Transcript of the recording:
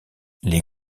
les